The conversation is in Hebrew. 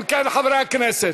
אם כן, חברי הכנסת,